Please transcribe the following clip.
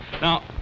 Now